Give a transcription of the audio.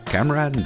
Camera